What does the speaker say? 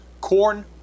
corn